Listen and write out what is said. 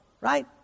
right